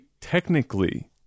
technically